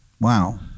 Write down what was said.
Wow